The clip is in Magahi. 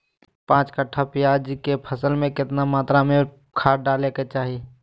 पांच कट्ठा प्याज के फसल में कितना मात्रा में खाद डाले के चाही?